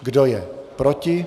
Kdo je proti?